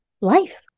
life